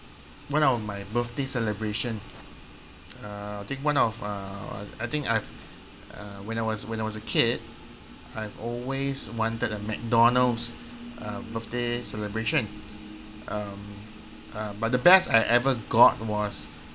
one of my birthday celebration uh I think one of uh I think I've uh when I was when I was a kid I've always wanted a mcdonald's uh birthday celebration um uh but the best I ever got was